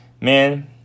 Man